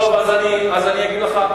אז אני אגיד לך,